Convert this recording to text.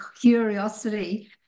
curiosity